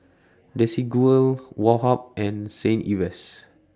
Desigual Woh Hup and Saint Ives